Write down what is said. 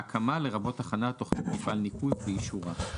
"הקמה" - לרבות הכנת תכנית מפעל ניקוז ואישורה.